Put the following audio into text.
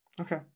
Okay